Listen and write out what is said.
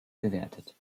bewertet